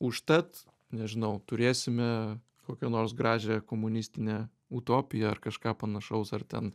užtat nežinau turėsime kokią nors gražią komunistinę utopiją ar kažką panašaus ar ten